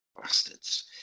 Bastards